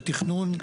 התכנון,